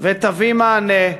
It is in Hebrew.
ותביא מענה,